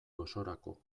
osorako